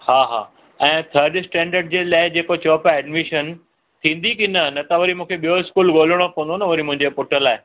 हा हा ऐं थर्ड स्टैंडर्ड जे लाइ जेको चओ पिया एडमिशन थींदी कि न न त वरी मूंखे ॿियो स्कूल ॻोल्हणो पवंदो न वरी मुंहिंजे पुट लाइ